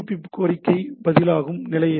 கோரிக்கை பதிலாகும் நிலையற்றது